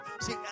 See